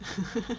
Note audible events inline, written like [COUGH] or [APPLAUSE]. [LAUGHS]